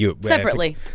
separately